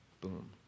Boom